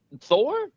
Thor